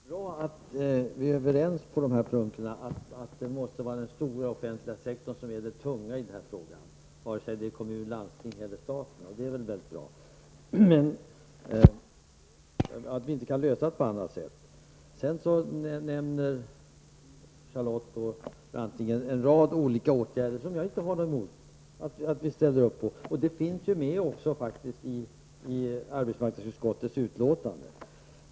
Herr talman! Det är bra, Charlotte Branting, att vi är överens om att det måste vara en stor offentlig sektor som är det tunga i den här frågan, vare sig det är kommun, landsting eller staten. Det är mycket bra. Vi kan inte lösa det på annat sätt. Sedan nämner Charlotte Branting en rad olika åtgärder som jag inte har något emot. Det finns faktiskt med i arbetsmarknadsutskottets utlåtande.